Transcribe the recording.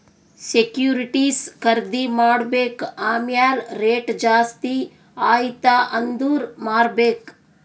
securities ಖರ್ದಿ ಮಾಡ್ಬೇಕ್ ಆಮ್ಯಾಲ್ ರೇಟ್ ಜಾಸ್ತಿ ಆಯ್ತ ಅಂದುರ್ ಮಾರ್ಬೆಕ್